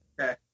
Okay